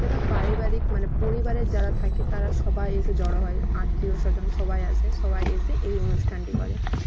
সেটা পারিবারিক মানে পরিবারের যারা থাকে তারা সবাই এসে জড়ো হয় আত্মীয়স্বজন সবাই আসে সবাই এসে এই অনুষ্ঠানটি করে